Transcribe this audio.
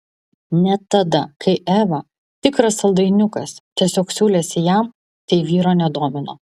net tada kai eva tikras saldainiukas tiesiog siūlėsi jam tai vyro nedomino